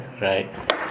Right